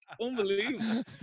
unbelievable